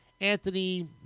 Anthony